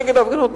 נגד ההפגנות,